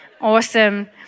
Awesome